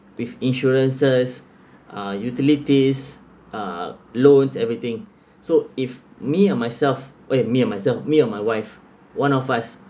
with insurances uh utilities uh loans everything so if me and myself okay me and myself me and my wife one of us